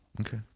Okay